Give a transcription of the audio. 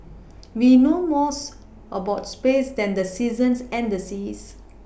we know more about space than the seasons and the seas